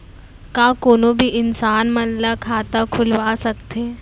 का कोनो भी इंसान मन ला खाता खुलवा सकथे?